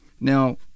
Now